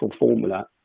formula